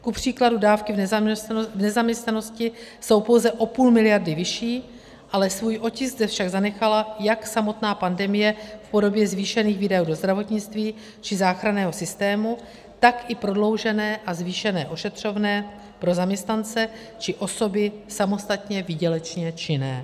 Kupříkladu dávky v nezaměstnanosti jsou pouze o půl miliardy vyšší, svůj otisk zde však zanechala jak samotná pandemie v podobě zvýšených výdajů do zdravotnictví či záchranného systému, tak i prodloužené a zvýšené ošetřovné pro zaměstnance či osoby samostatně výdělečně činné.